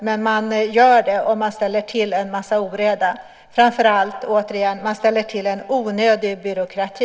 Men man gör det, och man ställer till en massa oreda. Framför allt, återigen, ställer man till en onödig byråkrati.